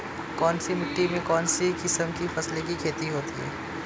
कौनसी मिट्टी में कौनसी किस्म की फसल की खेती होती है?